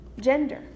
gender